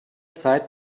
zeit